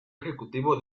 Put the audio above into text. ejecutivo